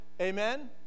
Amen